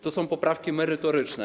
To są poprawki merytoryczne.